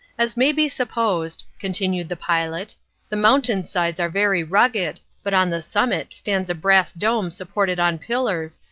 as may be supposed continued the pilot the mountain sides are very rugged, but on the summit stands a brass dome supported on pillars,